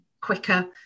quicker